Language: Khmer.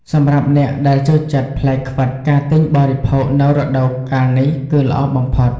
សម្រាប់អ្នកដែលចូលចិត្តផ្លែខ្វិត ការទិញបរិភោគនៅរដូវកាលនេះ គឺល្អបំផុត។